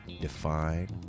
define